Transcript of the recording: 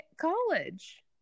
college